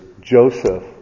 Joseph